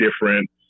different